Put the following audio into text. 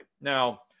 Now